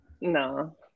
No